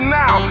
now